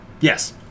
Yes